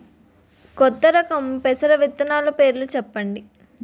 కొత్త రకం పెసర విత్తనాలు పేర్లు చెప్పండి?